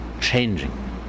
Changing